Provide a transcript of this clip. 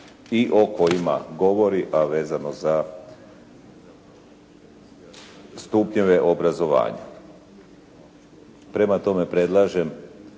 i o kojima govori a vezano za stupnjeve obrazovanja. Prema tome predlažem